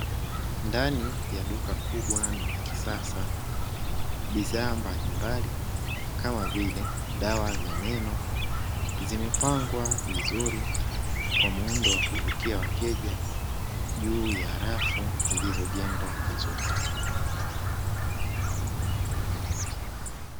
Ndani ya duka kubwa na la kisasa bidhaa mbalimbali, kama vile dawa za meno zimepangwa vizuri kwa muundo wa kuvutia wateja juu ya rafu zilizojengwa vizuri.